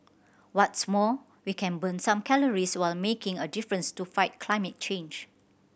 what's more we can burn some calories while making a difference to fight climate change